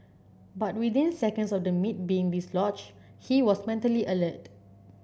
but within seconds of the meat being dislodged he was mentally alert